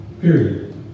Period